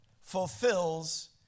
fulfills